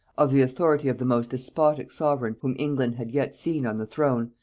of the authority of the most despotic sovereign whom england had yet seen on the throne,